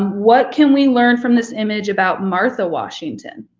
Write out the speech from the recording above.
what can we learn from this image about martha washington?